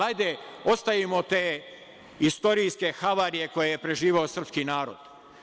Hajde, ostavimo te istorijske havarije koje je preživeo srpski narod.